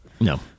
no